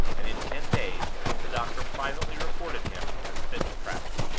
and in ten days the doctor privately reported him as fit to travel.